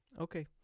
Okay